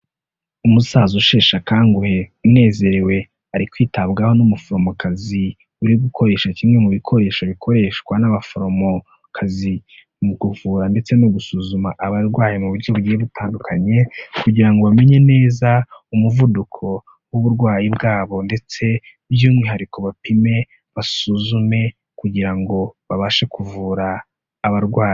Umusaza usheshe akanguhe unezerewe, ari kwitabwaho n'umuforomokazi uri gukoresha kimwe mu bikoresho bikoreshwa n'abaforomokazi mu kuvura ndetse no gusuzuma abarwayi mu buryo bugiye butandukanye kugira ngo bamenye neza, umuvuduko w'uburwayi bwabo ndetse by'umwihariko bapime, basuzume kugira ngo babashe kuvura abarwayi.